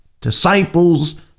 disciples